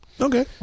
Okay